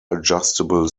adjustable